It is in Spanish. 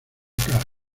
cara